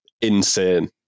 insane